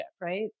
right